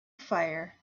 fire